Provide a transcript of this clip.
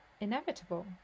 inevitable